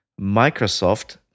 Microsoft